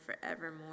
forevermore